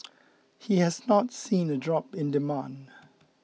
he has not seen a drop in demand